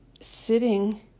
sitting